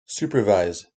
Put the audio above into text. supervised